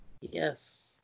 Yes